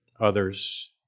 others